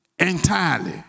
Entirely